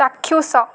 ଚାକ୍ଷୁଷ